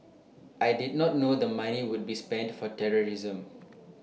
I did not know the money would be spent for terrorism